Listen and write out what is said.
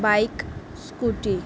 bike scooty